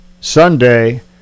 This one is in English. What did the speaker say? Sunday